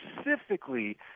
specifically